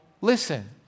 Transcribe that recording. listen